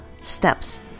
Steps